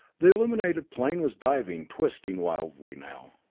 the illuminated plane was diving, twisting wildly now.